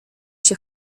się